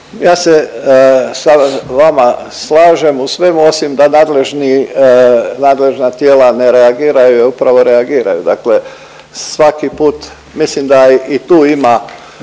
Ja se sa vama slažem u svemu osim da nadležni, nadležna tijela ne reagiraju, upravo reagiraju dakle svaki put. Mislim da i tu ima